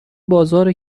بازار